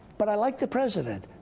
but i like the president.